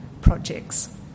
projects